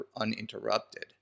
uninterrupted